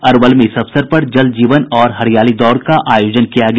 अरवल में इस अवसर पर जल जीवन और हरियाली दौड़ का आयोजन किया गया